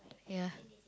ya